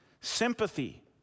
sympathy